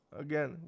Again